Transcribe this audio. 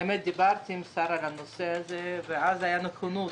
האמת שדיברתי עם השר בנושא הזה ואז היתה נכונות